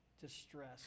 distress